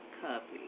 Copy